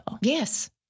Yes